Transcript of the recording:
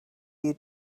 you